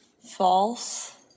false